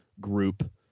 group